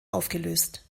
aufgelöst